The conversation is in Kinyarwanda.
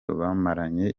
bamaranye